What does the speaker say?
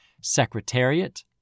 Secretariat